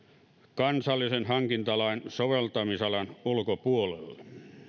kansallisen hankintalain soveltamisalan ulkopuolelle